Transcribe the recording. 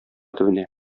төбенә